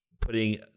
putting